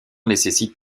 nécessite